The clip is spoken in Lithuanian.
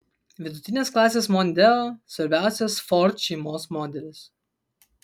vidutinės klasės mondeo svarbiausias ford šeimos modelis